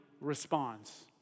responds